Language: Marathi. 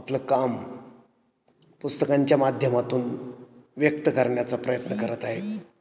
आपलं काम पुस्तकांच्या माध्यमातून व्यक्त करण्याचा प्रयत्न करत आहेत